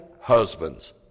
husbands